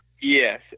Yes